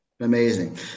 Amazing